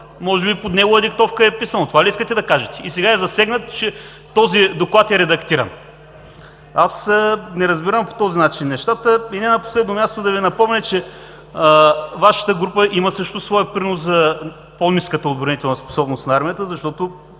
може би под негова диктовка е писано? Това ли искате да кажете? И сега е засегнат, че този доклад е редактиран? Аз не разбирам по този начин нещата. И не на последно място, да Ви напомня, че Вашата група има също своя принос за по-ниската отбранителна способност на армията, защото